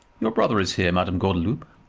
your brother is here, madame gordeloup.